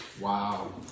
Wow